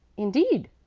indeed?